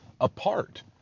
apart